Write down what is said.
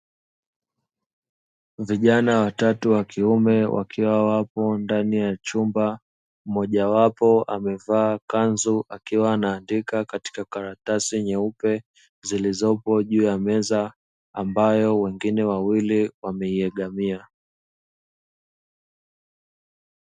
Vijana watatu wa kiume wakiwa wapo ndani ya chumba, mmojawapo amevaa kanzu akiwa na andika katika karatasi nyeupe zilizopo juu ya meza ambayo wengine wawili wameiegamia.